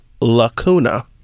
lacuna